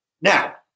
Now